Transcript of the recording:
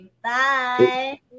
Bye